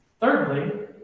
Thirdly